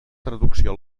traducció